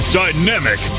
dynamic